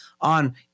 on